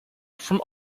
from